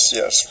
yes